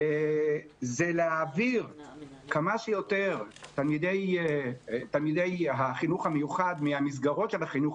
להעביר כמה שיותר תלמידי החינוך המיוחד מהמסגרות של החינוך